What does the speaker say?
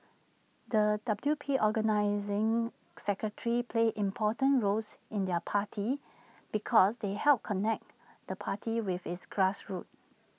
the W P organising secretaries play important roles in their party because they help connect the party with its grassroots